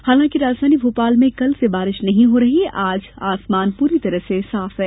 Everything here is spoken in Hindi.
हालांकि राजधानी भोपाल में कल से बारिश नहीं हो रही है आज आसमान पूरी तरह से साफ है